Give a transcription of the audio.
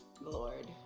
lord